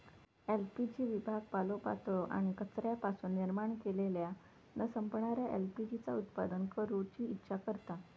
LPG विभाग पालोपाचोळो आणि कचऱ्यापासून निर्माण केलेल्या न संपणाऱ्या एल.पी.जी चा उत्पादन करूची इच्छा करता